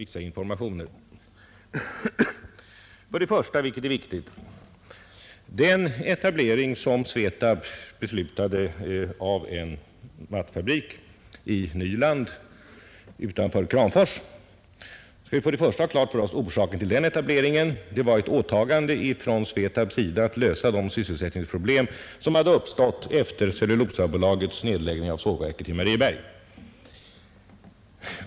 Vi skall först och främst ha klart för oss — vilket är viktigt — att anledningen till den etablering Svetab beslutat av en mattfabrik i Nyland utanför Kramfors var ett åtagande från Svetab att lösa de sysselsättningsproblem, som hade uppstått efter Cellulosabolagets nedläggning av sågverket i Marieberg.